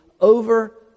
over